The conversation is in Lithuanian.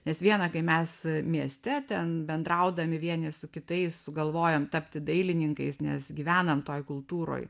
nes viena kai mes mieste ten bendraudami vieni su kitais sugalvojam tapti dailininkais nes gyvenam toj kultūroj